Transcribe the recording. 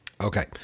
Okay